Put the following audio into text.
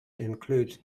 includes